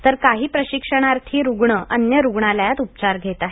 तर काही प्रशिक्षणार्थी रुग्ण अन्य रुग्णालयात उपचार घेत आहेत